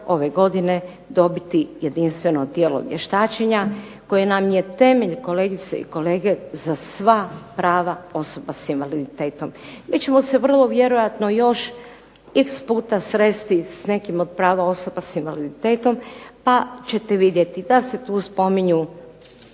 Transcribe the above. ove godine dobiti jedinstveno tijelo vještačenja koje nam je temelj kolegice i kolege za sva prava osoba sa invaliditetom. Mi ćemo se vrlo vjerojatno još iks puta sresti s nekim od prava osoba sa invaliditetom, pa ćete vidjeti da se tu spominju